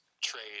trade